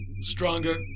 Stronger